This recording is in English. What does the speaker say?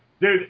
Dude